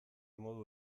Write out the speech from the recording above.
modu